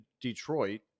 Detroit